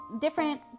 different